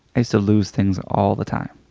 i used to lose things all the time.